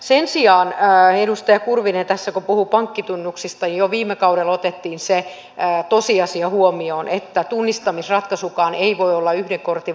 sen sijaan kun edustaja kurvinen puhui pankkitunnuksista niin jo viime kaudella otettiin huomioon se tosiasia että tunnistautumisratkaisukaan ei voi olla yhden kortin varassa